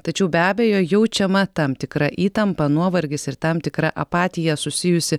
tačiau be abejo jaučiama tam tikra įtampa nuovargis ir tam tikra apatija susijusi